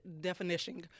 Definition